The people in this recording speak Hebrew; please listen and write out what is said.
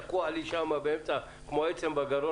זה תקוע כמו עצם בגרון.